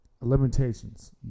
limitations